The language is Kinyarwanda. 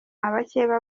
abakeba